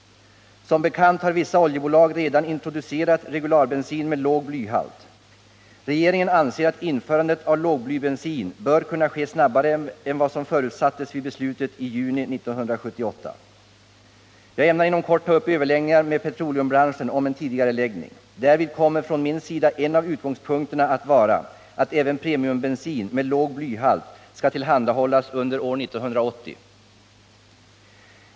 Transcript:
Som bekant har vissa oljebolag redan introducerat regularbensin med låg blyhalt. Regeringen anser att införandet av lågblybensin bör kunna ske snabbare än vad som förutsattes vid beslutet i juni 1978. Jag ämnar inom kort ta upp överläggningar med petroleumbranschen om en tidigareläggning. Därvid kommer från min sida en av utgångspunkterna att vara att även premiumbensin med låg blyhalt skall tillhandahållas under år 1980.